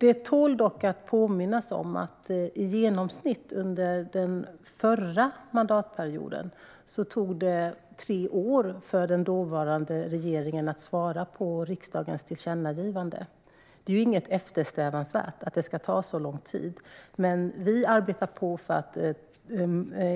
Det tål dock att påminnas om att det under förra mandatperioden tog i genomsnitt tre år för den dåvarande regeringen att svara på riksdagens tillkännagivanden. Att det tar så lång tid är inget eftersträvansvärt, utan vi arbetar på för att